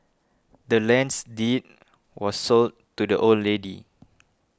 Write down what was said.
the land's deed was sold to the old lady